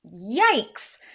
Yikes